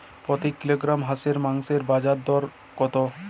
প্রতি কিলোগ্রাম হাঁসের মাংসের বাজার দর কত?